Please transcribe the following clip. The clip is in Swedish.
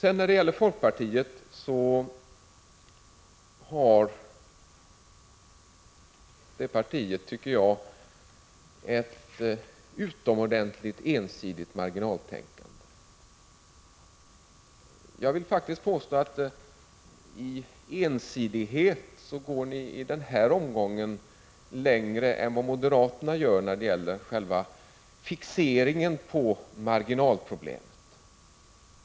När det sedan gäller folkpartiet tycker jag att detta parti har ett utomordentligt ensidigt marginaltänkande. Jag vill faktiskt påstå att ni går längre i ensidighet i den här omgången än vad moderaterna gör när det gäller fixeringen på marginalproblemet.